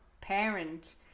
parent